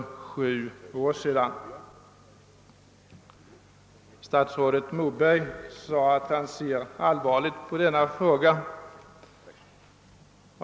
Statsrådet Moberg sade att han ser allvarligt på denna fråga.